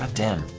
um tim